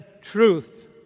truth